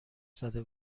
زده